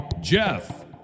Jeff